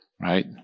right